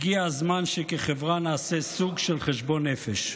הגיע הזמן שכחברה נעשה סוג של חשבון נפש.